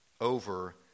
over